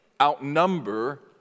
outnumber